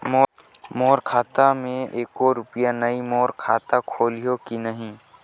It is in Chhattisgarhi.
मोर खाता मे एको रुपिया नइ, मोर खाता खोलिहो की नहीं?